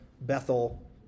Bethel